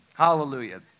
Hallelujah